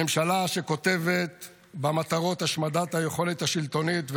הממשלה כותבת במטרות השמדת היכולת השלטונית,